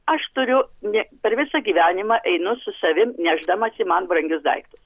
aš turiu ne per visą gyvenimą einu su savimi nešdamasi man brangius daiktus